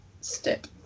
step